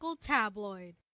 Tabloid